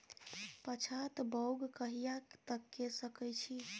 पछात बौग कहिया तक के सकै छी?